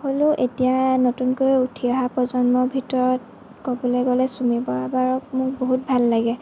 হ'লেও এতিয়া নতুনকৈ উঠি অহা প্ৰজন্মৰ ভিতৰত ক'বলৈ গ'লে চুমী বৰা বাক মোৰ বহুত ভাল লাগে